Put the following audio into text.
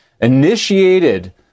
initiated